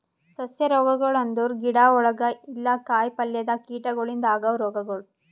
ಸಸ್ಯ ರೋಗಗೊಳ್ ಅಂದುರ್ ಗಿಡ ಒಳಗ ಇಲ್ಲಾ ಕಾಯಿ ಪಲ್ಯದಾಗ್ ಕೀಟಗೊಳಿಂದ್ ಆಗವ್ ರೋಗಗೊಳ್